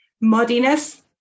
muddiness